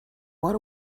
what